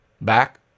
Back